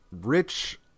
rich